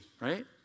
right